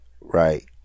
Right